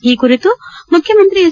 ಈ ಕುರಿತು ಮುಖ್ಯಮಂತ್ರಿ ಹೆಚ್